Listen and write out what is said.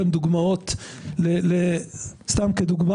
(מקרין שקף, שכותרתו: